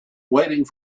waiting